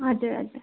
हजुर हजुर